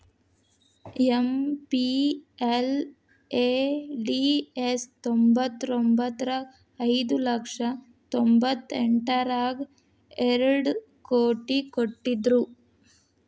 MPLADS ತ್ತೊಂಬತ್ಮುರ್ರಗ ಐದು ಲಕ್ಷ ತೊಂಬತ್ತೆಂಟರಗಾ ಎರಡ್ ಕೋಟಿ ಕೊಡ್ತ್ತಿದ್ರು